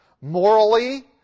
Morally